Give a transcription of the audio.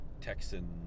Texan